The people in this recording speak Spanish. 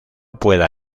pueda